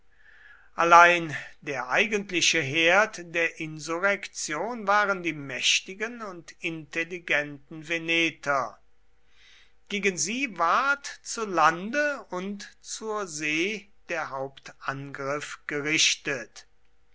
allein der eigentliche herd der insurrektion waren die mächtigen und intelligenten veneter gegen sie ward zu lande und zur see der hauptangriff gerichtet